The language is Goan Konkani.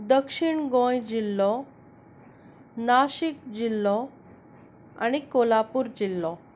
दक्षीण गोंय जिल्लो नाशीक जिल्लो आनी कोल्हापूर जिल्लो